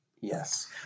Yes